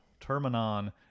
Terminon